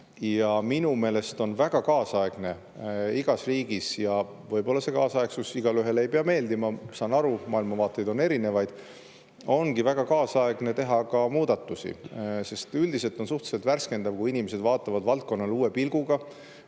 Ja minu meelest on väga kaasaegne igas riigis – võib-olla see kaasaegsus igaühele ei pea meeldima, saan aru, maailmavaateid on erinevaid – teha ka muudatusi, sest üldiselt on suhteliselt värskendav, kui inimesed vaatavad valdkonnale uue pilguga